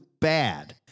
bad